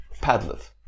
padlet